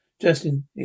Justin